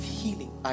healing